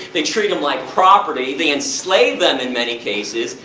they treat them like property, they enslave them in many cases,